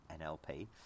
NLP